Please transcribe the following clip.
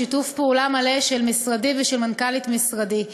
בשיתוף פעולה מלא של משרדי ושל מנכ"לית משרדי.